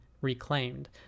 reclaimed